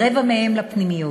רבע מהם לפנימיות.